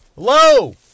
Hello